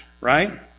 right